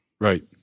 Right